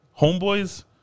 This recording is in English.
Homeboy's